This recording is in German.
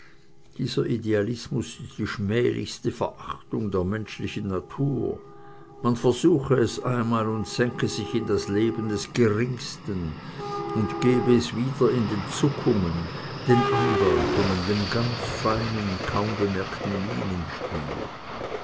dieser idealismus ist die schmählichste verachtung der menschlichen natur man versuche es einmal und senke sich in das leben des geringsten und gebe es wieder in den zuckungen den andeutungen dem ganzen feinen kaum bemerkten